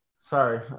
Sorry